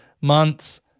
months